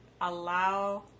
allow